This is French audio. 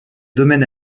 domaine